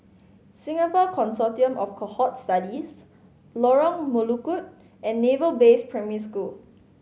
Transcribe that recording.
Singapore Consortium of Cohort Studies Lorong Melukut and Naval Base Primary School